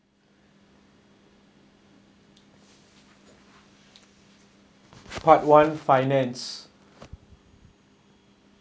part one finance